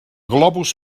globus